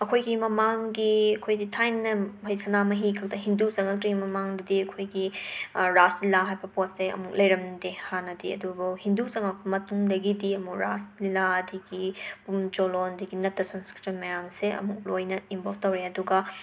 ꯑꯩꯈꯣꯏꯒꯤ ꯃꯃꯥꯡꯒꯤ ꯑꯩꯈꯣꯏꯒꯤ ꯊꯥꯏꯅ ꯁꯅꯥꯃꯍꯤꯈꯛꯇ ꯍꯤꯟꯗꯨ ꯆꯉꯛꯇ꯭ꯔꯤ ꯃꯃꯥꯡꯗꯗꯤ ꯑꯩꯈꯣꯏꯒꯤ ꯔꯥꯁ ꯂꯤꯂꯥ ꯍꯥꯏꯕ ꯄꯣꯠꯁꯦ ꯑꯃꯨꯛ ꯂꯩꯔꯝꯗꯦ ꯍꯥꯟꯅꯗꯤ ꯑꯗꯨꯕꯨ ꯍꯤꯟꯗꯨ ꯆꯉꯛꯄ ꯃꯇꯨꯡꯗꯒꯤꯗꯤ ꯑꯃꯨꯛ ꯔꯥꯁ ꯂꯤꯂꯥ ꯑꯗꯒꯤ ꯄꯨꯡ ꯆꯣꯂꯣꯝ ꯑꯗꯒꯤ ꯅꯠꯇ ꯁꯟꯁꯀ꯭ꯔꯤꯇꯟ ꯃꯌꯥꯝꯁꯦ ꯑꯃꯨꯛ ꯂꯣꯏꯅ ꯏꯝꯕꯣꯞ ꯇꯧꯔꯛꯑꯦ ꯑꯗꯨꯒ